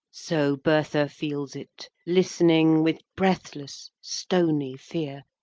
so bertha feels it listening with breathless, stony fear,